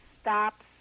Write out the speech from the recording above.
stops